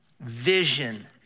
vision